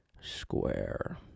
square